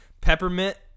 Peppermint